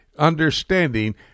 understanding